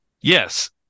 yes